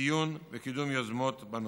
לציון ולקידום של יוזמות בנושא,